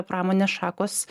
pramonės šakos